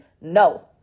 No